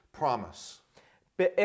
promise